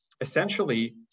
Essentially